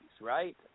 right